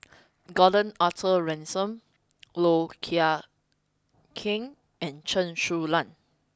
Gordon Arthur Ransome Low Thia Khiang and Chen Su Lan